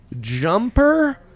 jumper